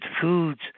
foods